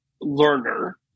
learner